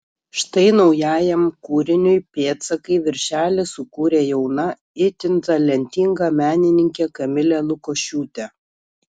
štai naujajam kūriniui pėdsakai viršelį sukūrė jauna itin talentinga menininkė kamilė lukošiūtė